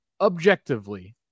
Objectively